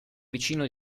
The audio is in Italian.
vicino